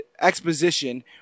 exposition